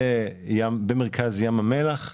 מרכז ים המלח.